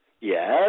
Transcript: yes